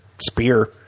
spear